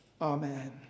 Amen